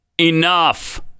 enough